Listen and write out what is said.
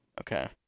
Okay